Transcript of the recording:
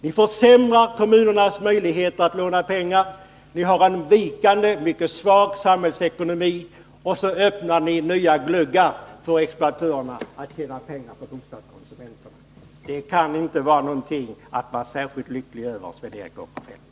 Ni försämrar kommunernas möjligheter att låna pengar, vi har en vikande, mycket svag, samhällsekonomi, och så öppnar ni nya gluggar för exploatörerna att tjäna pengar på bostadskonsumenterna! Det kan inte vara någonting att vara särskilt lycklig över, Sven Eric Åkerfeldt!